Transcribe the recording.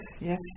yes